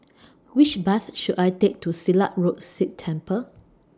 Which Bus should I Take to Silat Road Sikh Temple